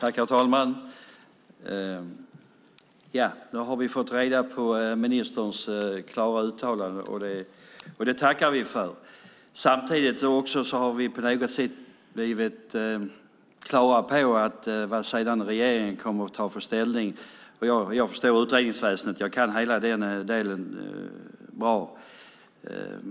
Herr talman! Då har vi fått ministerns klara uttalande, och det tackar vi för. Samtidigt har vi blivit på det klara med vilket ställningstagande som regeringen kommer att göra. Jag förstår utredningsväsendet. Jag kan den delen bra.